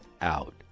out